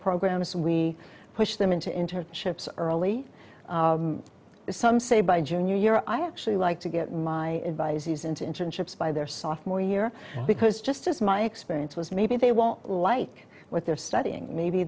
programs we push them into internships early some say by junior year i actually like to get my advice he's into internships by their sophomore year because just as my experience was maybe they won't like what they're studying maybe